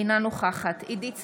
אינה נוכחת עידית סילמן,